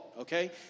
okay